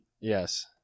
Yes